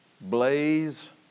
Blaze